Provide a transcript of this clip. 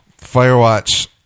Firewatch